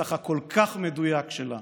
ובנוסח הכל-כך מדויק שלה